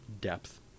depth